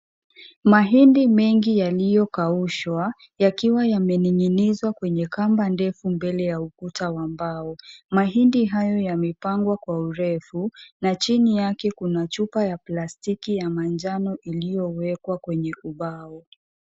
Mahindi mengi yaliyokaushwa yakiwa yamening'inizwa kwenye kamba ndefu mbele ya ukuta wa mbao, mahindi hayo yame pangwa kwa urefu, na chini yake kuna chupa ya plastiki ya manjano iliyowekwa kwenye ubao.